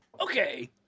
Okay